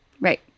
Right